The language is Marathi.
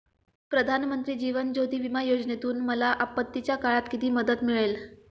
प्रधानमंत्री जीवन ज्योती विमा योजनेतून मला आपत्तीच्या काळात किती मदत मिळेल?